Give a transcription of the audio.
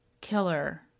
killer